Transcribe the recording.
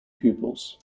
pupils